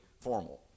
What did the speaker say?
formal